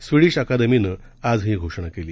Swedish अकादमीने आज ही घोषणा केली